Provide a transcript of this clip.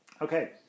Okay